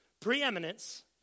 Preeminence